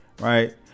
right